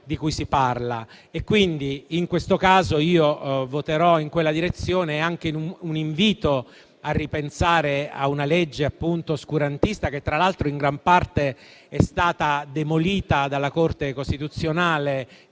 dimostra. In questo caso voterò in quella direzione, rivolgendo un invito a ripensare a una legge oscurantista, che tra l'altro in gran parte è stata demolita dalla Corte costituzionale,